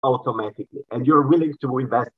automatically, and you're willing to invest